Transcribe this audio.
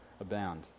abound